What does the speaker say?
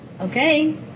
Okay